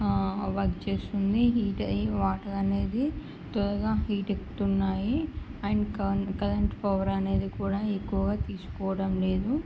work చేస్తుంది heat అయి water అనేది త్వరగా హీట్ ఎక్కుతున్నాయి అండ్ క కరెంట్ పవర్ అనేది కూడా ఎక్కువగా తీసుకోవడం లేదు